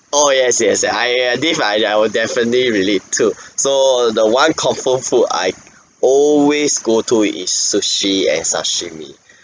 oh yes yes I err this I I will definitely relate to so the one comfort food I always go to is sushi and sashimi